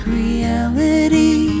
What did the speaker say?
reality